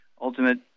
ultimate